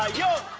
ah you